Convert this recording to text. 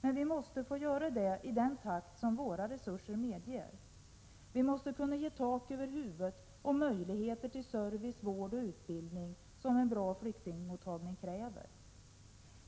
Men vi måste få göra det i den takt som våra resurser medger. Vi måste kunna ge tak över huvudet och möjligheter att ge den service, vård och utbildning som en bra flyktingmottagning kräver.